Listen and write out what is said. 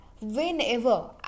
whenever